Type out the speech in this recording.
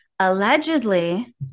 Allegedly